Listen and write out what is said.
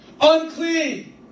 Unclean